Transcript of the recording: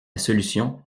solution